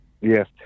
Yes